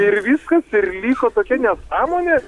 ir viskas ir liko tokia nesąmonė